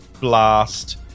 blast